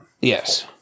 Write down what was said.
yes